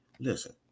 Listen